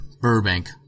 Burbank